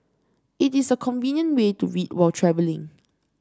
it is a convenient way to read while travelling